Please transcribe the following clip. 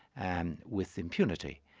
and with impunity.